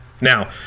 now